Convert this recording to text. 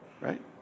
right